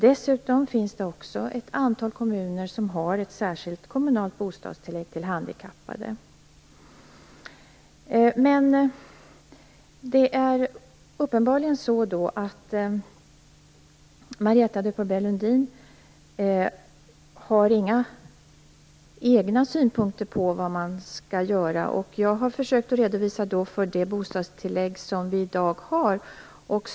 Dessutom har ett antal kommuner ett särskilt kommunalt bostadstillägg till handikappade. Uppenbarligen har Marietta de Pourbaix-Lundin inga egna synpunkter på vad som skall göras. Jag har försökt redovisa det bostadstillägg som i dag finns.